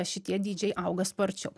šitie dydžiai auga sparčiau